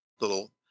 little